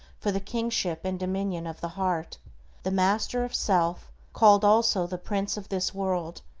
for the kingship and dominion of the heart the master of self, called also the prince of this world,